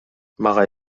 мага